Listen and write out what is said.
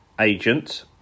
agent